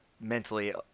mentally